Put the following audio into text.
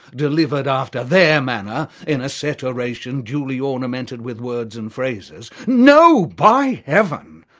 delivered after their manner in a set oration duly ornamented with words and phrases. no, by heaven!